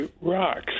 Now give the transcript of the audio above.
rocks